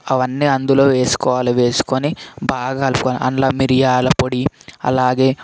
అవన్నీ అందులో వేసుకోవాలి వేసుకొని బాగా కలుపుకొని అందులో మిరియాల పొడి అలాగే